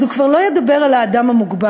אז הוא כבר לא ידבר על האדם המוגבל,